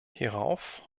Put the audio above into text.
hierauf